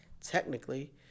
technically